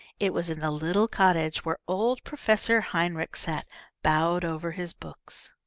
it was in the little cottage where old professor heinrich sat bowed over his books.